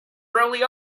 really